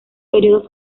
períodos